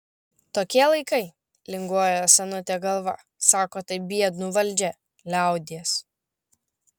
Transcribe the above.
tokie laikai linguoja senutė galva sako tai biednų valdžia liaudies